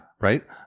Right